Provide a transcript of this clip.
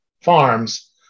farms